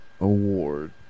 award